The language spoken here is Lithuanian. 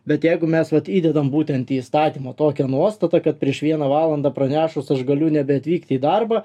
bet jeigu mes vat įdedam būtent į įstatymo tokią nuostatą kad prieš vieną valandą pranešus aš galiu nebeatvykti į darbą